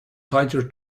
tighter